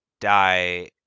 die